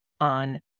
on